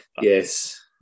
yes